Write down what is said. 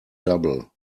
double